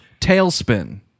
Tailspin